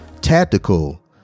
Tactical